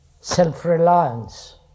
self-reliance